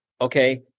Okay